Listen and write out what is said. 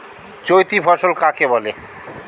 চৈতি ফসল কাকে বলে?